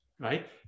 Right